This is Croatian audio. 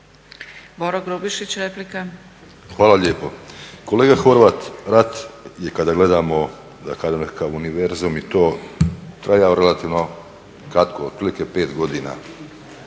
Boro (HDSSB)** Hvala lijepo. Kolega Horvat, rat je kada gledamo da kažem nekakav univerzum i to trajao relativno kratko otprilike pet godina.